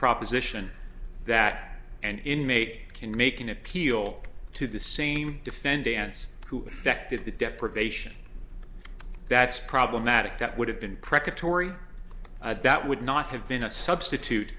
proposition that an inmate can make an appeal to the same defendant who did the deprivation that's problematic that would have been predatory as that would not have been a substitute